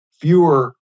fewer